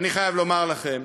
אני חייב לומר לכם,